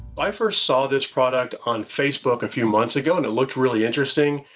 i first saw this product on facebook a few months ago, and it looked really interesting.